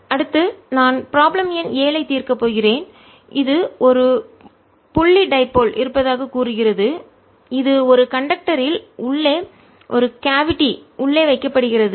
அடுத்து நான் ப்ராப்ளம் எண் 7 ஐ தீர்க்கப் போகிறேன் இது ஒரு புள்ளி டைபோல்இருமுனை இருப்பதாக கூறுகிறது இது ஒரு கண்டக்டர் ரில் உள்ளே ஒரு கேவிட்டி குழிக்குள் உள்ளே வைக்கப்படுகிறது